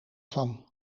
van